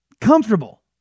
comfortable